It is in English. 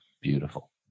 beautiful